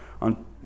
on